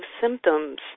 symptoms